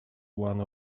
one